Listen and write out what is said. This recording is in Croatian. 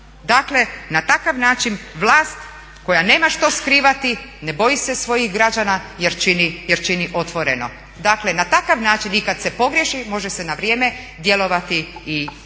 Dakle, na takav način vlast koja nema što skrivati ne boji se svojih građana jer čini otvoreno. Dakle, na takav način i kad se pogriješi može se na vrijeme djelovati i